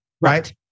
right